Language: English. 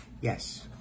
yes